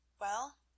Well